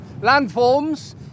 landforms